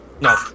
No